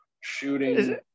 shooting